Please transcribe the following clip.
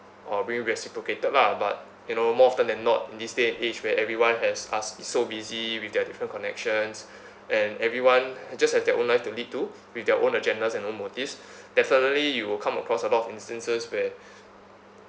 or being reciprocated lah but you know more often than not this day and age where everyone has us is so busy with their different connections and everyone just have their own life to lead to with their own agendas and own motives definitely you will come across a lot of instances where